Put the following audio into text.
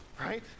right